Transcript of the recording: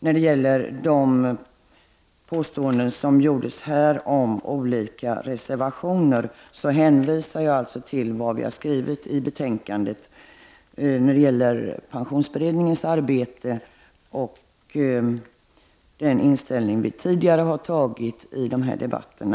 När det gäller de påståenden som här gjorts i anslutning till olika reservationer hänvisar jag till vad vi har skrivit i betänkandet om pensionsberedningens arbete och till den ställning som vi har intagit i tidigare debatter.